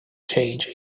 change